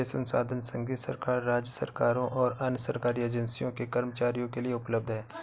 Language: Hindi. यह संसाधन संघीय सरकार, राज्य सरकारों और अन्य सरकारी एजेंसियों के कर्मचारियों के लिए उपलब्ध है